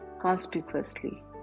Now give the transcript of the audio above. conspicuously